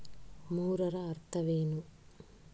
ಮೂರರ ಅರ್ಥವೇನು?